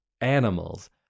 animals